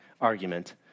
argument